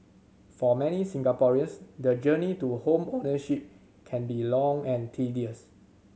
for many Singaporeans the journey to home ownership can be long and tedious